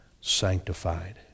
sanctified